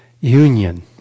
union